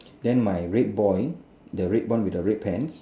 then my red boy the red one with the red pants